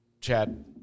Chad